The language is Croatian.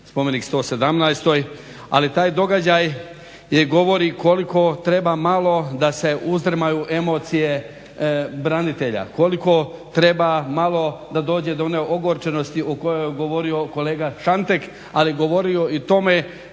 spomenik 117.-oj, ali taj događaj govori koliko treba malo da se uzdrmaju emocije branitelja, koliko treba malo da dođe do one ogorčenosti o kojoj je govorio kolega Šantek, ali govorio i o tome